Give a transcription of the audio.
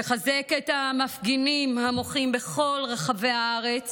לחזק את המפגינים המוחים בכל רחבי הארץ